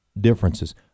differences